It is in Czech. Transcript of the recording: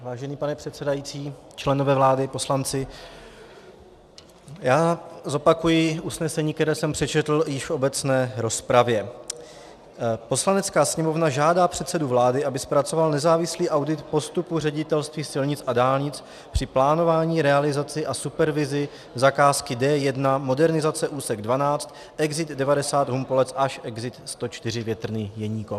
Vážený pane předsedající, členové vlády, poslanci, já zopakuji usnesení, které jsem přečetl již v obecné rozpravě: Poslanecká sněmovna žádá předsedu vlády, aby zpracoval nezávislý audit postupu Ředitelství silnic a dálnic při plánování, realizaci a supervizi zakázky D1, modernizace úsek 12, exit 90 Humpolec až exit 104 Větrný Jeníkov.